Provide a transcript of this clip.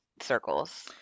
circles